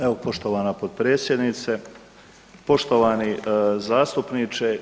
Evo, poštovana potpredsjednice, poštovani zastupniče.